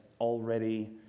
already